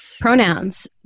pronouns